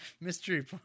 mystery